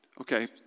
Okay